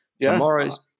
tomorrow's